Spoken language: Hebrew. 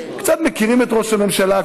קצת מכירים את ראש הממשלה,